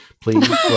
please